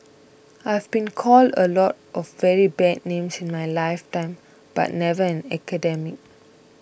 I've been called a lot of very bad names in my lifetime but never an academic